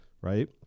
right